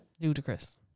Ludicrous